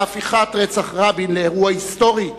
להפיכת רצח רבין לאירוע היסטורי,